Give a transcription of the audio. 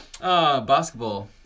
basketball